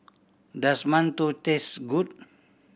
does mantou taste good